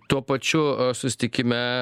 tuo pačiu susitikime